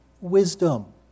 wisdom